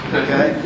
okay